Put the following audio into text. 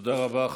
תודה רבה.